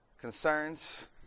concerns